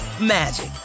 magic